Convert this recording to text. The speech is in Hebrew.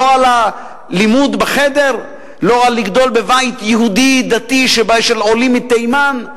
לא על הלימוד ב"חדר"; לא על לגדול בבית יהודי דתי של עולים מתימן,